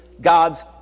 God's